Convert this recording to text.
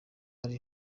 ari